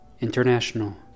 International